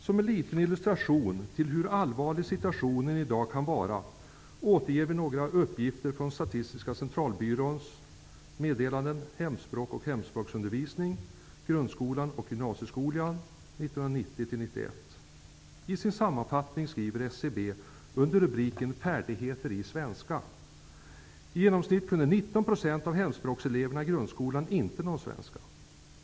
Som en liten illustration till hur allvarlig situationen i dag kan vara, återger vi några uppgifter från Statistiska centralbyråns meddelanden om hemspråk och hemspråksundervisning, grundskolan och gymnasieskolan 1990/91. I sin sammanfattning skriver SCB under rubriken procent av hemspråkseleverna i grundskolan inte någon svenska.